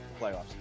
playoffs